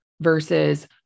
versus